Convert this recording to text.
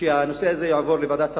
שהנושא הזה יעבור לוועדת הפנים.